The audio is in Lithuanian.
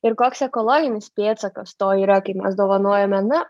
ir koks ekologinis pėdsakas to yra kai mes dovanojame na